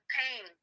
pain